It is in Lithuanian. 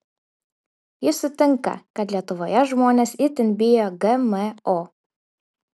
ji sutinka kad lietuvoje žmonės itin bijo gmo